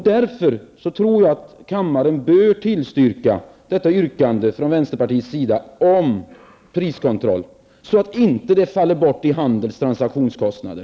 Därför tror jag att kammaren bör bifalla vänsterpartiets yrkande om priskontroll, så att den inte faller bort i handelns transaktionskostnader.